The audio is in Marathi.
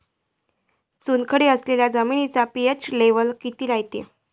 चुनखडी असलेल्या जमिनीचा पी.एच लेव्हल किती रायते?